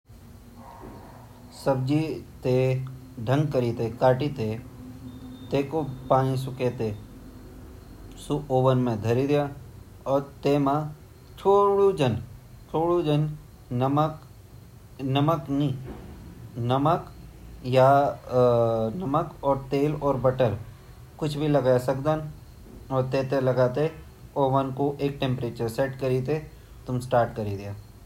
पहली सब्जीते ध्वेलया अर सबजीते कटी - कुटी ते अर सारी सब्ज़ी हम ओवना जू हमते बर्तन औन्दु वे बर्तन मा रखीते तेल डालते अर तेल मा हमुन सब्जी डान अर सब्जी ते हमुन ओवेन मा डान अर ओवेन मा डालीते टाइम फिक्स करीते वे पाकोन्ड।